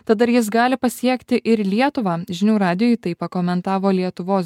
tad ar jis gali pasiekti ir lietuvą žinių radijui taip pakomentavo lietuvos